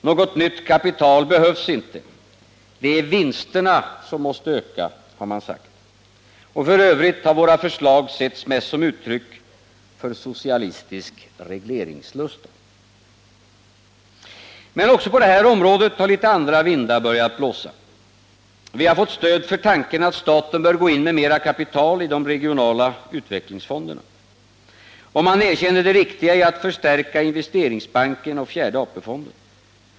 Något nytt kapital behövs inte, det är vinsterna som måste öka, har man sagt. Och f. ö. har våra förslag setts som uttryck för socialistisk regleringslusta. Men också på det här området har litet andra vindar börjat blåsa. Vi har fått stöd för tanken att staten bör gå in med mera kapital i de regionala utvecklingsfonderna. Och man erkänner det riktiga i att förstärka Investeringsbanken och fjärde AP-fonden.